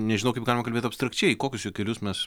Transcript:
nežinau kaip galima kalbėti abstrakčiai kokius juokelius mes